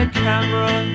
camera